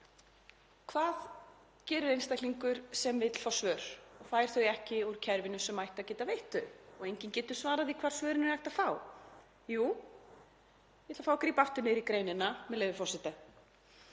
Hvað gerir einstaklingur sem vill fá svör og fær þau ekki úr kerfinu sem ætti að geta veitt þau og enginn getur svarað því hvar svörin er að fá? Jú, ég ætla að fá að grípa aftur niður í greinina, með leyfi forseta: